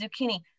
zucchini